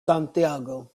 santiago